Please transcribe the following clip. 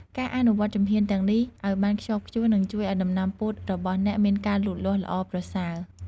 ការអនុវត្តជំហានទាំងនេះឱ្យបានខ្ជាប់ខ្ជួននឹងជួយឱ្យដំណាំពោតរបស់អ្នកមានការលូតលាស់ល្អប្រសើរ។